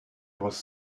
was